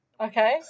Okay